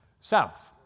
south